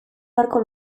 beharko